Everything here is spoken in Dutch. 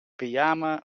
pyjama